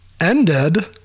ended